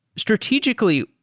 strategically,